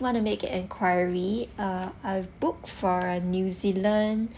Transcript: want to make an enquiry uh I've book for a new zealand